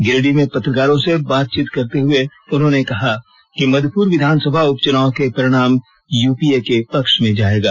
गिरिडीह में पत्रकारों से बातचीत करते हुए कहा कि मधुपुर विधानसभा उपचुनाव के परिणाम यूपीए के पक्ष में जायेगा